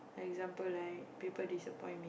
like example like people disappoint me